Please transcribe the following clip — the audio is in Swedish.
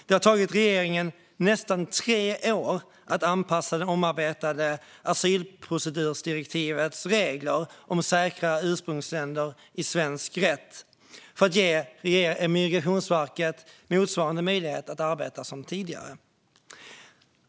Det har tagit regeringen nästan tre år att anpassa svensk rätt efter det omarbetade asylprocedurdirektivets regler om säkra ursprungsländer för att ge Migrationsverket möjlighet att arbeta som tidigare.